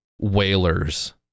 whalers